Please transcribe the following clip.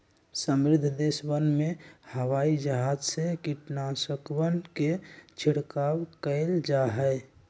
समृद्ध देशवन में हवाई जहाज से कीटनाशकवन के छिड़काव कइल जाहई